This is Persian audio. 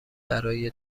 برای